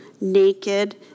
naked